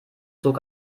zog